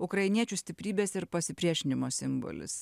ukrainiečių stiprybės ir pasipriešinimo simbolis